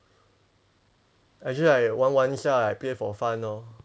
actually I 玩玩一下 like play for fun lor